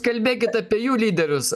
kalbėkit apie jų lyderius